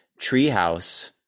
Treehouse